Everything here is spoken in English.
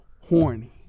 horny